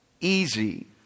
easy